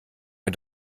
mir